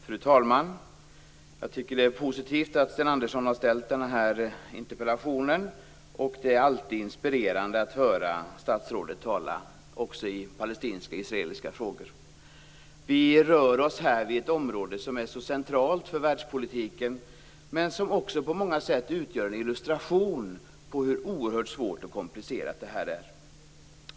Fru talman! Det är positivt att Sten Andersson har framställt den här interpellationen, och det är alltid inspirerande att höra statsrådet tala i palestinskisraeliska frågor. Vi rör oss inom ett område som är centralt för världspolitiken men som också på många sätt utgör en illustration till hur oerhört svårt och komplicerat det här är.